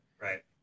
right